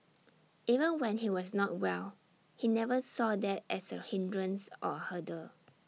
even when he was not well he never saw A that as A hindrance or A hurdle